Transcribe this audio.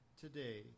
today